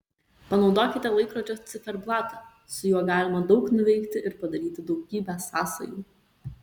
panaudokite laikrodžio ciferblatą su juo galima daug nuveikti ir padaryti daugybę sąsajų